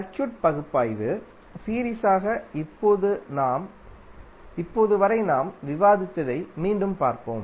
circuit பகுப்பாய்வு series ஆக இப்போது வரை நாம் விவாதித்ததை மீண்டும் பார்ப்போம்